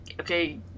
okay